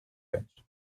bench